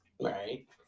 Right